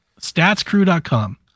statscrew.com